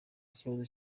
ikibazo